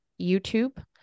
YouTube